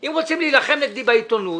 אם רוצים להילחם נגדי בעיתונות,